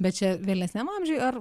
bet čia vėlesniam amžiui ar